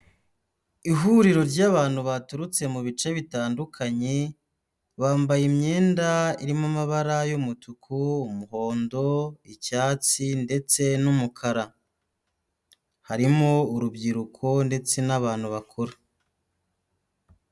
Ihuriro ry'abantu baturutse mu bice bitandukanye, bambaye imyenda irimo amabara y'umutuku, umuhondo, icyatsi ndetse n'umukara. Harimo urubyiruko ndetse n'abantu bakuru.